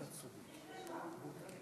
בשביל מה?